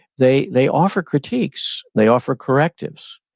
they they offer critiques, they offer correctives.